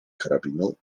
karabinu